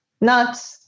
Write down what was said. nuts